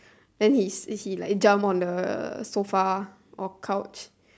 and he teach me like jump on the sofa or couch